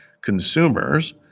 consumers